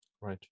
Right